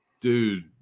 dude